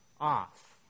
off